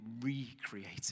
recreating